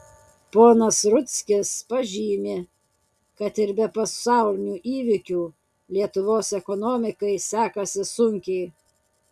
ponas rudzkis pažymi kad ir be pasaulinių įvykių lietuvos ekonomikai sekasi sunkiai